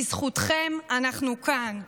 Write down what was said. בזכותכם אנחנו כאן.